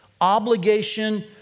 obligation